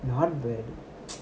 not bad